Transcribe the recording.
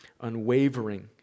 unwavering